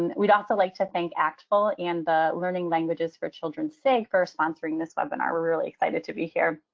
and we'd also like to thank actfl and the learning languages for children's sig for sponsoring this webinar. we're really excited to be here.